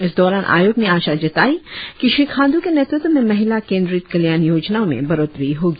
इस दौरान आयोग ने आशा जताई की श्री खाण्डू के नेतृत्व में महिला केंद्रित कल्याण योजनाओं में बढ़ोत्तरी होगी